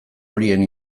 horien